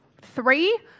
three